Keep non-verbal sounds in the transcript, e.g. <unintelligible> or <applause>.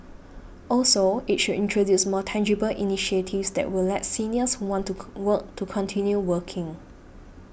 also it should introduce more tangible initiatives that will let seniors who want to <unintelligible> work to continue working